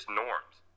norms